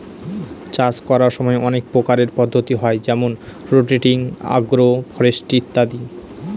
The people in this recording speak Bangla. চাষ করার সময় অনেক প্রকারের পদ্ধতি হয় যেমন রোটেটিং, আগ্র ফরেস্ট্রি ইত্যাদি